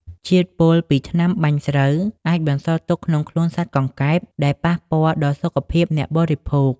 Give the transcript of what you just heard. ជាតិពុលពីថ្នាំបាញ់ស្រូវអាចបន្សល់ទុកក្នុងខ្លួនសត្វកង្កែប ដែលប៉ះពាល់ដល់សុខភាពអ្នកបរិភោគ។